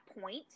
point